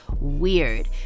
weird